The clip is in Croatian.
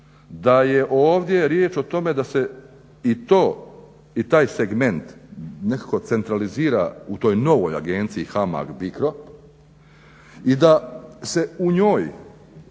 da je ovdje riječ o tome da se i to i taj segment nekako centralizira u toj novoj agenciji HAMAG BICRO i da se u njoj